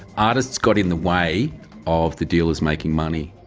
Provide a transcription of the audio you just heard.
artists got in the way of the dealers making money.